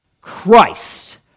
Christ